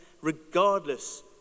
regardless